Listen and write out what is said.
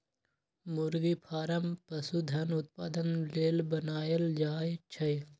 मुरगि फारम पशुधन उत्पादन लेल बनाएल जाय छै